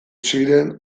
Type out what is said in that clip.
ziren